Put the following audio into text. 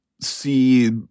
see